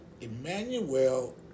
Emmanuel